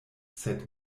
sed